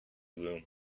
room